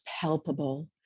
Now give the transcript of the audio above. palpable